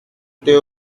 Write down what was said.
était